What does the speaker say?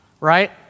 right